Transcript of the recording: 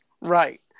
Right